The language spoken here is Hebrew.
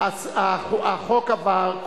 החוק עבר,